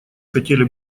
хотели